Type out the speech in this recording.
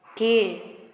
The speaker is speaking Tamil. கீழ்